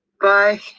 bye